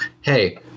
Hey